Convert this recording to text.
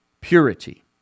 purity